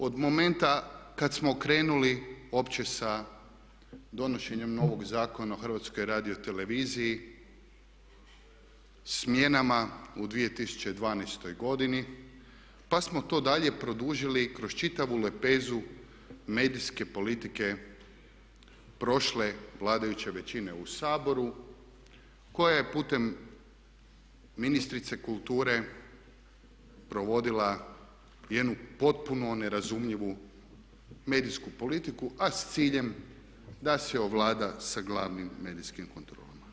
Od momenta kad smo krenuli uopće sa donošenjem novog Zakona o Hrvatskoj radioteleviziji, smjenama u 2012. godini, pa smo to dalje produžili kroz čitavu lepezu medijske politike prošle vladajuće većine u Saboru koja je putem ministrice kulture provodila jednu potpuno nerazumljivu medijsku politiku, a s ciljem da se ovlada sa glavnim medijskim kontrolama.